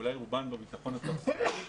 אולי רובן בביטחון התעסוקתי,